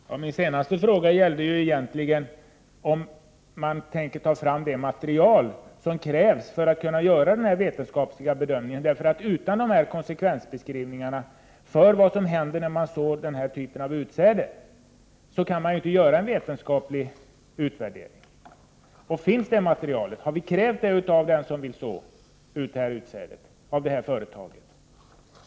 Herr talman! Min senaste fråga gällde egentligen om man tänker ta fram det material som krävs för att kunna göra den här vetenskapliga bedömningen. Utan konsekvensbeskrivningar av vad som händer när man sår den här typen av utsäde kan man inte göra en vetenskaplig utvärdering. Finns det materialet? Har vi krävt det av det företag som sår detta utsäde?